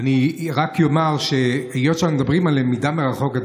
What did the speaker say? אני רק אומר שהיות שאנחנו מדברים על למידה מרחוק,